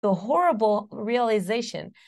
‫הרעיון הרעיון.